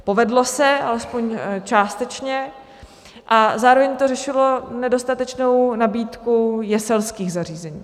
Povedlo se alespoň částečně a zároveň to řešilo nedostatečnou nabídku jeselských zařízení.